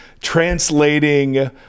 translating